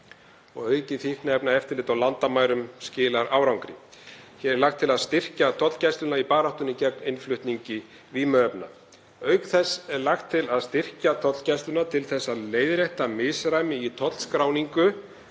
og aukið fíkniefnaeftirlit á landamærum skilar árangri. Hér er lagt til að styrkja tollgæslu í baráttunni gegn innflutningi vímuefna. Auk þess er lagt til að styrkja tollgæsluna til að leiðrétta misræmi í tollskráningu